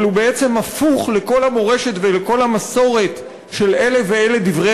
אבל הוא בעצם הפוך לכל המורשת ולכל המסורת של "אלה ואלה דברי